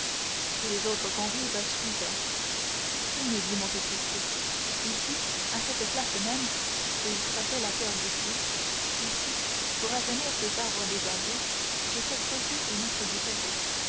tous les autres convives suivaient tenez dit monte cristo ici à cette place même et il frappait la terre du pied ici pour rajeunir ces arbres déjà vieux j'ai fait creuser et mettre du terreau